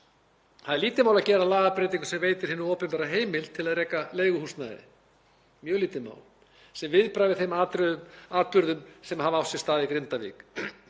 Það er lítið mál að gera lagabreytingar sem veita hinu opinbera heimild til að reka leiguhúsnæði, mjög lítið mál, sem viðbragð við þeim atburðum sem hafa átt sér stað í Grindavík.